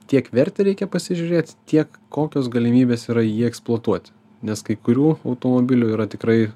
tiek vertę reikia pasižiūrėt tiek kokios galimybės yra jį eksploatuot nes kai kurių automobilių yra tikrai